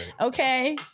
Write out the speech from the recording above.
okay